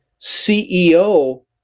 CEO